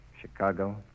Chicago